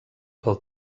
pel